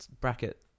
bracket